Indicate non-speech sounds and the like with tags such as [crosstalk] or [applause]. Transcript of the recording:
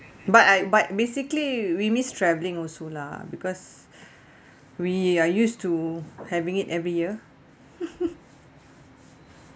but I but basically we missed traveling also lah because [breath] we are used to having it every year [laughs]